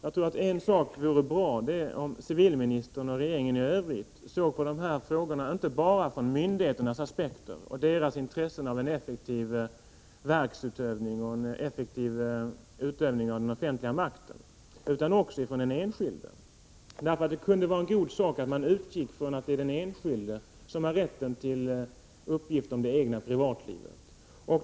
Det vore bra om civilministern och regeringen i övrigt såg på dessa frågor inte bara ur myndigheternas aspekter och deras intresse av en effektiv verksutövning och en effektiv utövning av den offentliga makten, utan också från den enskildes synpunkt. Det kunde vara en god sak om man utgick från att det är enskilde som har rätten till uppgifterna om det egna privatlivet.